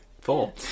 Four